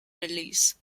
release